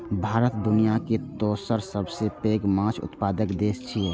भारत दुनियाक दोसर सबसं पैघ माछ उत्पादक देश छियै